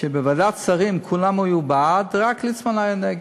שבוועדת שרים כולם היו בעד ורק ליצמן היה נגד.